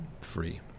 free